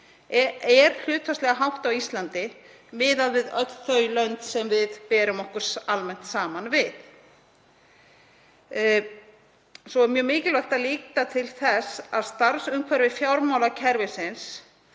er hlutfallslega hátt miðað við öll þau lönd sem við berum okkur almennt saman við. Svo er mjög mikilvægt að líta til þess að starfsumhverfi fjármálakerfisins